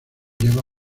lleva